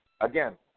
again